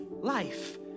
life